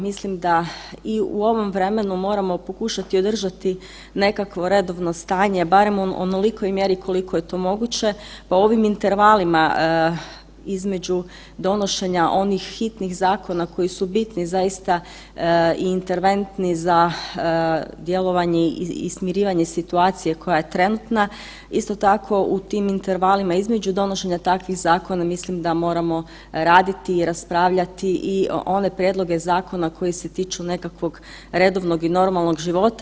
Mislim da i u ovom vremenu moramo pokušati održati nekakvo redovno stanje, barem u onolikoj mjeri koliko je to moguće, pa u ovim intervalima između donošenja onih hitnih zakona koji su bitni zaista i interventni za djelovanje i smirivanje situacije koja je trenutna, isto tako u tim intervalima između donošenja takvih zakona mislim da moramo raditi i raspravljati i one prijedloge zakona koji se tiču nekakvog redovnog i normalnog života.